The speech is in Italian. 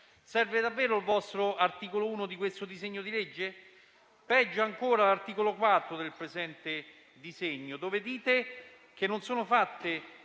Serve davvero il vostro articolo 1 di questo disegno di legge? È ancora peggio l'articolo 4 del presente disegno di legge. Dite che sono fatte